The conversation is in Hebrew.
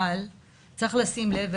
אבל צריך לשים לב,